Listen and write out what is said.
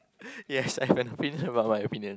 yes I have an opinion about my opinion